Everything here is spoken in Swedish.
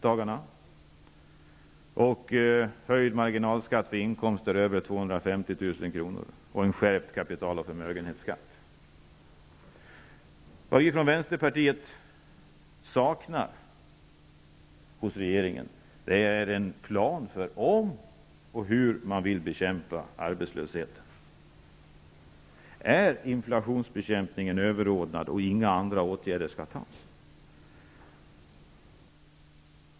Vi anser att marginalskatten för inkomster över 250 000 kr. skall höjas och att kapital coh förmögenhetsskatterna skall skärpas. Vad vi från vänsterpartiet saknar hos regeringen är en plan för om och hur den skall bekämpa arbetslösheten. Är inflationsbekämpningen överordnad alla andra åtgärder?